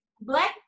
black